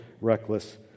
reckless